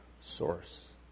source